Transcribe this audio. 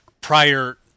prior